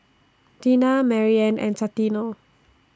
Dina Maryanne and Santino